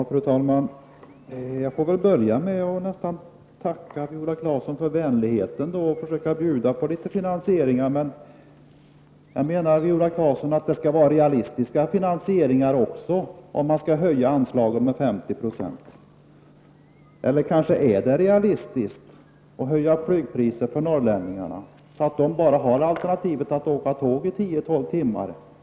Fru talman! Jag får väl börja med att tacka Viola Claesson för vänligheten och försöka bjuda på en del finansieringar. Men menar Viola Claesson att det är fråga om realistiska finansieringsalternativ när det gäller att höja anslagen med 50 96? Är det realistiskt att höja flygpriserna för norrlänningarna så kraftigt, att det alternativ som återstår för dem blir att åka tåg i tio till tolv timmar?